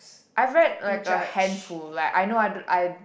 I've read like a handful like I know don't I